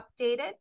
updated